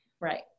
Right